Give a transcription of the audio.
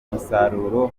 umusaruro